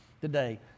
today